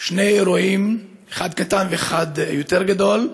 שני אירועים, אחד קטן ואחד יותר גדול,